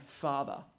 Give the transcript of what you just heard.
father